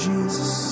Jesus